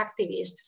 activists